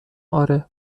آره